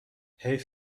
حیف